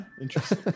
interesting